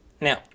Now